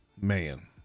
man